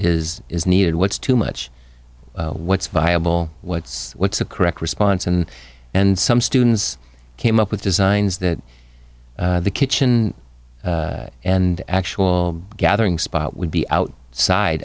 is is needed what's too much what's viable what's what's the correct response and and some students came up with designs that the kitchen and the actual gathering spot would be out side